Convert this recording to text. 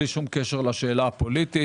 בלי קשר לשאלה הפוליטית.